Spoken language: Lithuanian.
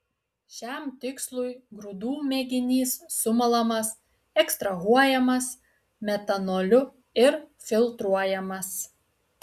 šiam tikslui grūdų mėginys sumalamas ekstrahuojamas metanoliu ir filtruojamas